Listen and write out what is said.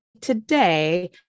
today